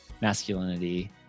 masculinity